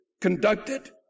conducted